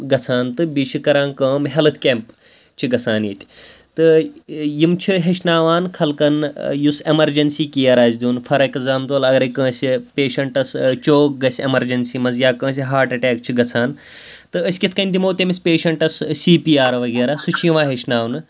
گَژھان تہٕ بیٚیہِ چھِ کَران کٲم ہٮ۪لٕتھ کیمپ چھِ گَژھان ییٚتہِ تہٕ یِم چھِ ہیٚچھناوان خلقَن یُس اٮ۪مَرجَنسی کِیَر آسہِ دیُن فار ایٚکزامپٕل اَگَرے کٲنٛسہِ پیشَنٹَس چوک گَژھِ اٮ۪مَرجَنسی منٛز یا کٲنٛسہِ ہاٹ اَٹیک چھِ گَژھان تہٕ أسۍ کِتھ کٔنۍ دِمو تٔمِس پیشَنٹَس سی پی آر وغیرہ سُہ چھُ یِوان ہیٚچھناونہٕ